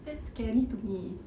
that scary to me